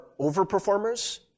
overperformers